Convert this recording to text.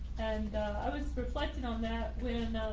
and i was reflecting on that when